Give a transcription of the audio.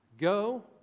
Go